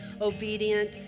obedient